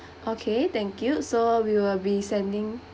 okay thank you so we will be sending